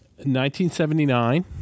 1979